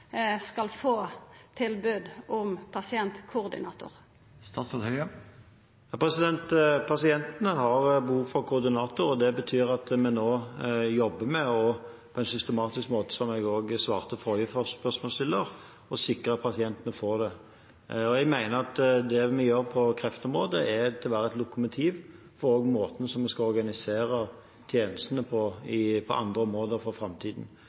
skal få tilbod om pasientkoordinator? Pasientene har behov for koordinator, og det betyr at vi nå jobber på en systematisk måte, som jeg også svarte forrige spørsmålsstiller, for å sikre at pasientene får det. Jeg mener at det vi gjør på kreftområdet, er et lokomotiv for måten vi skal organisere tjenestene på på andre områder for framtiden.